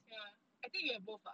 ya I think you have both lah